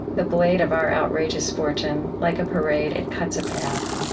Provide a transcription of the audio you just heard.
the blade of our outrageous fortune. like a parade, it cuts a path.